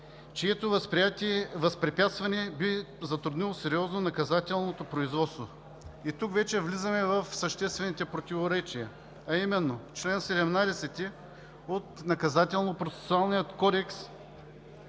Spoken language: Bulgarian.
чието възпрепятстване би затруднило сериозно наказателното производство. Тук вече влизаме в съществените противоречия, а именно чл. 17 от Наказателно-процесуалния кодекс,